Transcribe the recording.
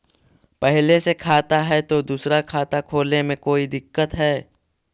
पहले से खाता है तो दूसरा खाता खोले में कोई दिक्कत है?